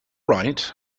right